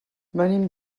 venim